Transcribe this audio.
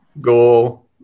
goal